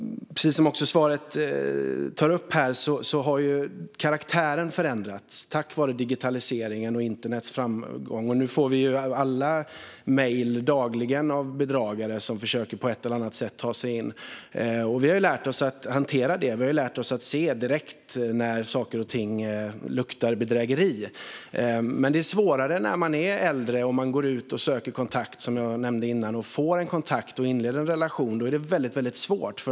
Precis som det tas upp i svaret har karaktären förändrats på grund av digitaliseringen och internets framgång. Nu får vi alla mejl dagligen av bedragare som försöker att på ett eller annat sätt ta sig in. Vi har lärt oss hantera det. Vi har lärt oss att märka direkt när saker och ting luktar bedrägeri. Men det är svårare när man är äldre och går ut och söker kontakt, som jag nämnde innan, och får en kontakt och inleder en relation. Då är det väldigt svårt.